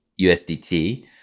USDT